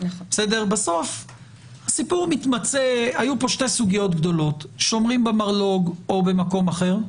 בסוף היו פה שתי סוגיות גדולות: שומרים במרלו"ג או במקום אחר,